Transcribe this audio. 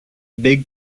big